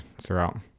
throughout